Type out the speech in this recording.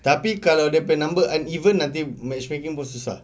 tapi kalau dia punya number uneven nanti matchmaking pun susah